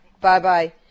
Bye-bye